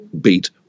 beat